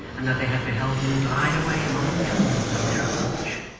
and that they had beheld him glide away among the tombs on their approach.